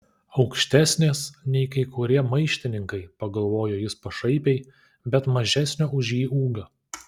aukštesnės nei kai kurie maištininkai pagalvojo jis pašaipiai bet mažesnio už jį ūgio